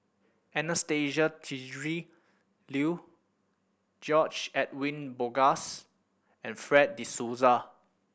Anastasia Tjendri Liew George Edwin Bogaars and Fred De Souza